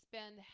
spend